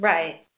Right